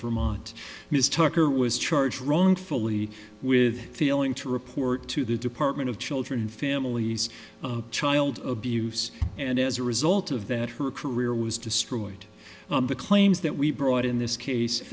vermont ms tucker was charged wrongfully with failing to report to the department of children and families of child abuse and as a result of that her career was destroyed the claims that we brought in this case